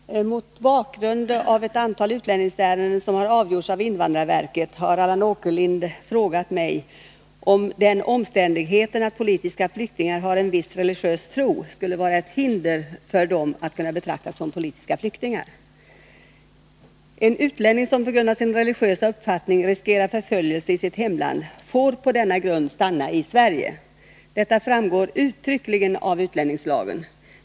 Herr talman! Mot bakgrund av ett antal utlänningsärenden som har avgjorts av invandrarverket har Allan Åkerlind frågat mig om ”den omständigheten att politiska flyktingar har en viss religiös tro skall vara ett hinder för dem att kunna betraktas som politiska flyktingar”. En utlänning som på grund av sin religiösa uppfattning riskerar förföljelse i sitt hemland får på denna grund stanna i Sverige. Detta framgår uttryckligen av utlänningslagen.